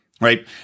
right